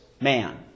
man